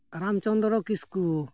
Ramchandra Kisku